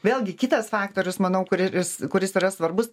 vėlgi kitas faktorius manau kuris kuris yra svarbus